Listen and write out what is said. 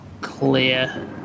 clear